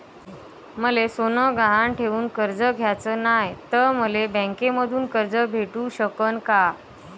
मले सोनं गहान ठेवून कर्ज घ्याचं नाय, त मले बँकेमधून कर्ज भेटू शकन का?